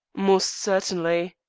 most certainly.